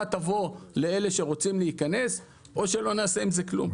תבוא לאלה שרוצים להיכנס או שלא נעשה עם זה כלום.